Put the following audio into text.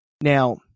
Now